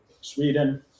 Sweden